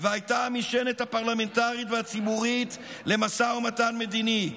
והייתה המשענת הפרלמנטרית והציבורית למשא ומתן מדיני,